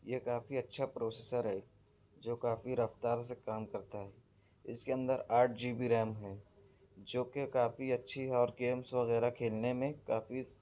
یہ کافی اچھا پروسیسر ہے جو کافی رفتار سے کام کرتا ہے اس کے اندر آٹھ جی بی ریم ہے جو کہ کافی اچھی اور گیمس وغیرہ کھیلنے میں کافی